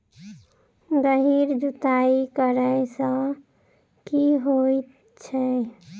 गहिर जुताई करैय सँ की होइ छै?